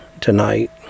tonight